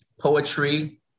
Poetry